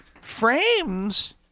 frames